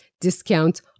discount